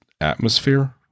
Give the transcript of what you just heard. atmosphere